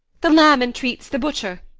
the lamp entreats the butcher.